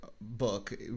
book